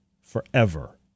forever